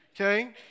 Okay